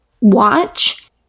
watch